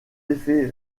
effet